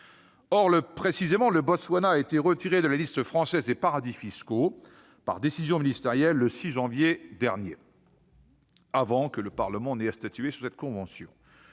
Or, précisément, le Botswana a été retiré de la liste française des paradis fiscaux par décision ministérielle le 6 janvier dernier, avant que le Parlement ait à statuer sur cet avenant